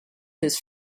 his